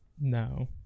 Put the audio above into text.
No